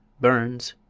burns,